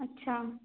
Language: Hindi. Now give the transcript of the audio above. अच्छा